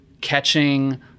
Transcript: catching